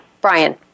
Brian